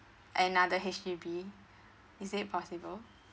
another H_D_B is it possible